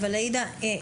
עאידה,